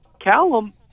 Callum